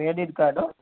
credit card હોં